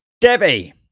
debbie